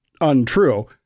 untrue